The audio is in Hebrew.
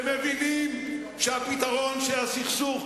שמבינים שהפתרון של הסכסוך,